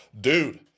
Dude